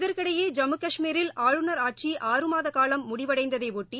இதற்கிடையே ஜம்மு கஷ்மீரில் ஆளுநர் ஆட்சி ஆறு மாத காலம் முடிவடைந்ததையொட்டி